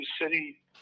City